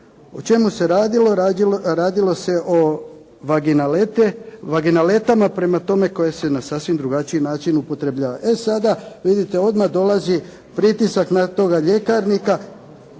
O čemu se radilo? Radilo se o vaginaletama, prema tome na sasvim drugačiji način upotrebljavaju. E sada vidite odmah dolazi pritisak na toga ljekarnika.